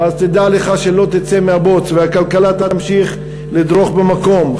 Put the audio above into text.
תדע לך שלא תצא מהבוץ והכלכלה תמשיך לדרוך במקום.